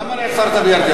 למה נעצרת בירדן?